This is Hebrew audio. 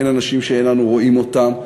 אין אנשים שאין אנו רואים אותם,